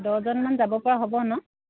দহজনমান যাবপৰা হ'ব ন